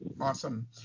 Awesome